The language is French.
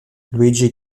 luigi